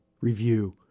review